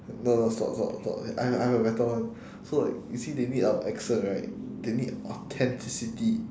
no no stop stop stop I I have a better one so like you see they need our accent right they need authenticity